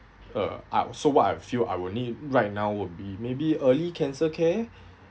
uh I so what I feel I will need right now would be maybe early cancer care